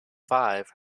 five